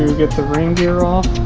get the ring gear off